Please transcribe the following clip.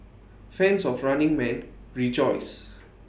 fans of running man rejoice